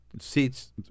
Seats